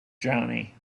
johnny